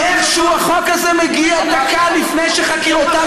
איכשהו החוק הזה מגיע דקה לפני שחקירותיו